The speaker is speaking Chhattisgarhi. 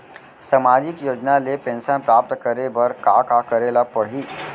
सामाजिक योजना ले पेंशन प्राप्त करे बर का का करे ल पड़ही?